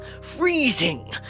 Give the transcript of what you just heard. freezing